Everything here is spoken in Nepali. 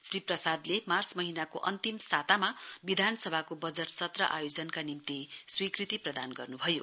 श्री प्रसादले मार्च महीनाको अन्तिम सातामा विधानसभाको बजट सत्र आयोजनाका निम्ति स्वीकृति प्रदान गर्नु भयो